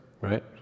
right